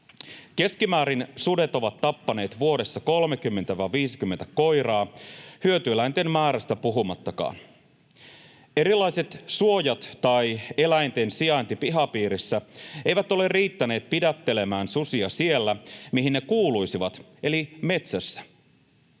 Keskimäärin sudet ovat tappaneet vuodessa 30—50 koiraa, hyötyeläinten määrästä puhumattakaan. Erilaiset suojat tai eläinten sijainti pihapiirissä eivät ole riittäneet pidättelemään susia siellä, mihin ne kuuluisivat, eli metsässä.